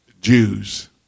Jews